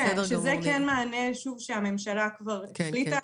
זה כן מענה שהממשלה החליטה עליה